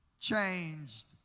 changed